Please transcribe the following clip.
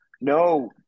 no